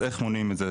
אז איך מונעים את זה,